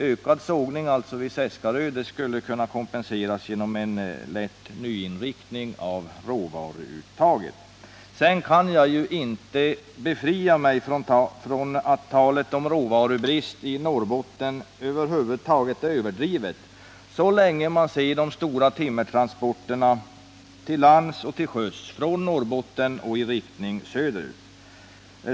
Ökad sågning vid Seskarö skulle alltså kunna kompenseras genom en lätt nyinriktning av råvaruuttaget. Jag kan vidare inte befria mig från intrycket att talet om råvarubrist i Norrbotten är överdrivet så länge som de stora timmertransporterna i riktning söderut, till lands och till sjöss, fortsätter.